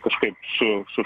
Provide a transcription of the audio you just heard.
kažkaip su su